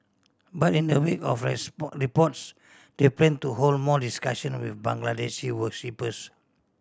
but in the wake of the the reports they plan to hold more discussion with Bangladeshi worshippers